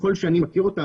ככל שאני מכיר אותה,